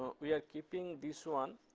we are keeping this one,